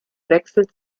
wechselt